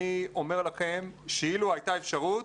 אני אומר לכם שאילו הייתה אפשרות,